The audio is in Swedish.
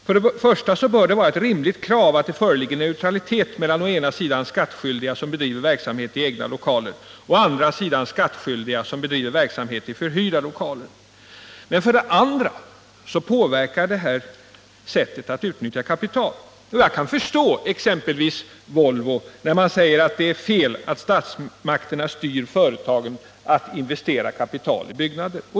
För det första bör det vara ett rimligt krav att det föreligger neutralitet mellan å ena sidan skattskyldiga som bedriver verksamhet i egna lokaler och å andra sidan skattskyldiga som bedriver verksamhet i förhyrda lokaler. För det andra påverkar detta sättet att utnyttja kapital. Jag kan förstå exempelvis Volvo, när man där säger att det är fel att statsmakterna styr företagen att investera kapital i byggnader.